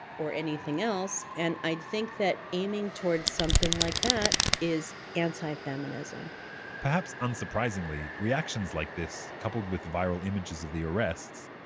or anything else. and i think that aiming towards something like that is anti-feminism perhaps unsurprisingly, reactions like this, coupled with viral images of the arrests,